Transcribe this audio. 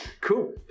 Cool